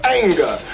anger